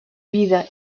vida